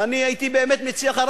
ואני הייתי באמת מציע לך,